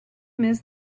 miss